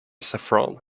saffron